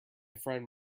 friend